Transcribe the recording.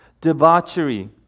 debauchery